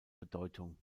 bedeutung